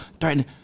threatening